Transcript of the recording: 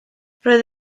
roedd